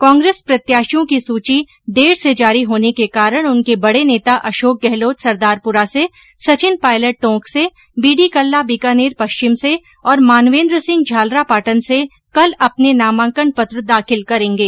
कांग्रेस प्रत्याशियों की सूची देर से जारी होने के कारण उनके बड़े नेता अशोक गहलोत सरदारपुरा से सचिन पायलट टोंक से बीडी कल्ला बीकानेर पश्चिम से और मानवेन्द्र सिंह झालरापाटन से कल अपने नामांकन पत्र दाखिल करेगें